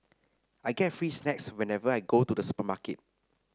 I get free snacks whenever I go to the supermarket